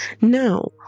Now